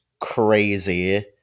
crazy